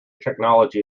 technology